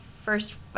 first